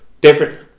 Different